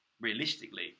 Realistically